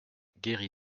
guéri